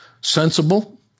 sensible